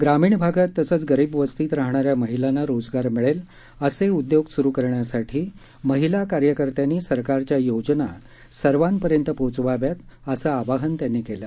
ग्रामीण भागात तसंच गरीब वस्तीत राहणाऱ्या महिलांना रोजगार मिळेल असे उदयोग स्रु करण्यासाठी महिला कार्यकर्त्यांनी सरकारच्या योजना सर्वांपर्यंत पोचवाव्या असं आवाहन त्यांनी केलं